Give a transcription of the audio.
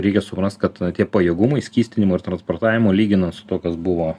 reikia suprast kad tie pajėgumai skystinimo ir transportavimo lyginant su tuo kas buvo